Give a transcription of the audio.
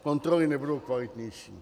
Kontroly nebudou kvalitnější.